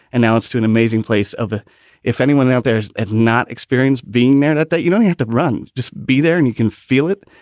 and now it's to an amazing place of. ah if anyone out there had not experienced being married at that, you don't have to run. just be there and you can feel it.